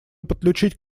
подключить